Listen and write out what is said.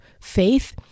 faith